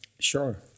Sure